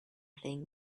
playing